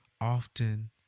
often